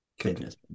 goodness